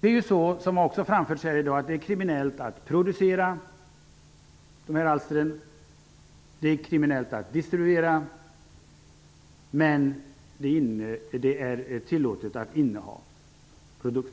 Det har också framförts i dag att det är kriminellt att producera och distribuera dessa alster men tillåtet att inneha dem.